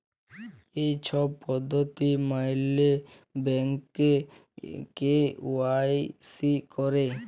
ই ছব পদ্ধতি ম্যাইলে ব্যাংকে কে.ওয়াই.সি ক্যরে